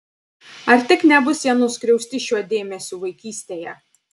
ar tik nebus jie nuskriausti šiuo dėmesiu vaikystėje